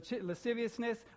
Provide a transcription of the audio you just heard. lasciviousness